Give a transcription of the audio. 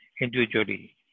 individually